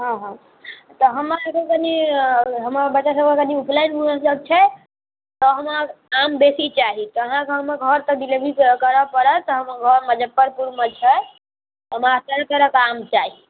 हँ हँ तऽ हमरा तऽ कनी हमरा बच्चासबके कनी उपनयन मूड़नसब छै तऽ हमरा आम बेसी चाही तऽ अहाँके हमरा घरपर डिलीवरी करऽ पड़त हमर घर मुजफ्फरपरमे छै हमरा चारि तरहके आम चाही